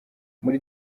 muri